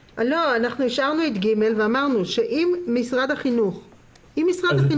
השארנו את (ג) ואמרנו: אם משרד החינוך נערך.